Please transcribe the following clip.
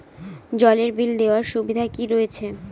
জলের বিল দেওয়ার সুবিধা কি রয়েছে?